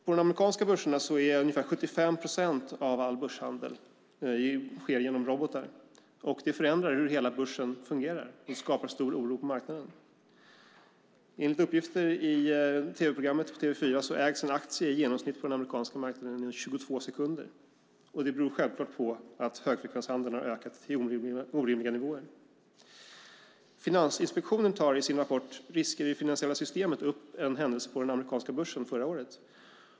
På de amerikanska börserna sker ungefär 75 procent av all börshandel genom robotar. Det förändrar hur hela börsen fungerar och skapar stor oro på marknaden. Enligt uppgifter i TV4 ägs en aktie på den amerikanska marknaden i genomsnitt i 22 sekunder. Det beror självklart på att högfrekvenshandeln har ökat till orimliga nivåer. Finansinspektionen tar i sin rapport Risker i det finansiella systemet upp en händelse på den amerikanska börsen förra året.